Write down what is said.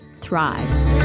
Thrive